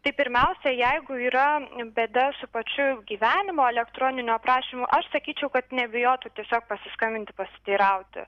tai pirmiausia jeigu yra bėda su pačiu gyvenimo elektroniniu aprašymu aš sakyčiau kad nebijotų tiesiog pasiskambinti pasiteirauti